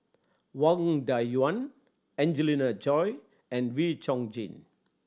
Wang Dayuan Angelina Choy and Wee Chong Jin